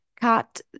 Cut